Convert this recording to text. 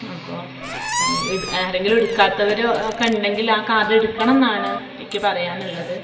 അപ്പോൾ ഇട് ആരെങ്കിലും എടുക്കാത്തവരോക്ക ഉണ്ടെങ്കിൽ ആ കാർഡ് എടുക്കണം എന്നാണ് എനിക്ക് പറയാനുള്ളത്